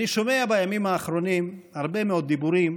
אני שומע בימים האחרונים הרבה מאוד דיבורים